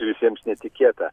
visiems netikėta